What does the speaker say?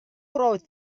wrote